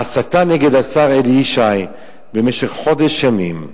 ההסתה נגד השר אלי ישי במשך חודש ימים,